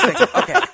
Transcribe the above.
Okay